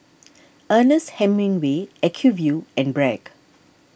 Ernest Hemingway Acuvue and Bragg